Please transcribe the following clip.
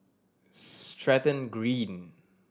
Stratton Green